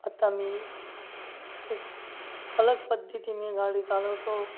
आता मी एक अलग पद्धतीने गाडी चालवतो